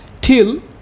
till